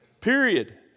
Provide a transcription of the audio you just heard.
Period